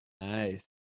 Nice